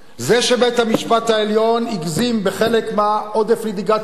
זה שבית-המשפט העליון הגזים בחלק מעודף הליטיגציה שלו,